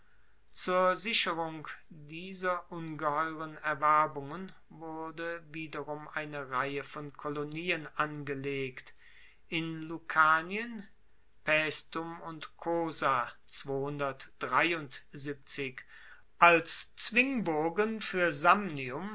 zur sicherung dieser ungeheuren erwerbungen wurde wiederum eine reihe von kolonien angelegt in lucanien paestum und cosa als zwingburgen fuer